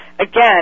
Again